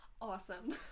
awesome